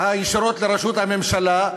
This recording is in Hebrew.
הישירות לראשות הממשלה,